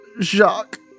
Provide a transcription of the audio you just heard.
Jacques